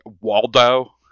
waldo